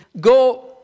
go